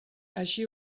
així